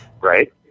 Right